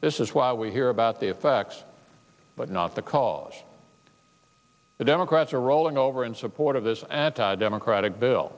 this is why we hear about the effects but not the cause the democrats are rolling over in support of this anti democratic bill